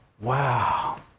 wow